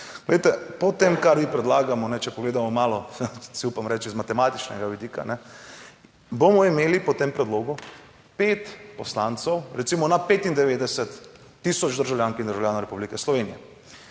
po tem, kar mi predlagamo, če pogledamo malo, si upam reči z matematičnega vidika, ne bomo imeli po tem predlogu pet poslancev recimo na 95000 državljank in državljanov Republike Slovenije.